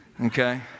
Okay